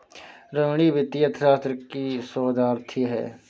रोहिणी वित्तीय अर्थशास्त्र की शोधार्थी है